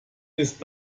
ist